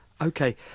Okay